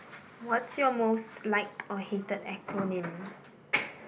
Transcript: what's your most liked or hated acronym